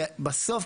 בסוף,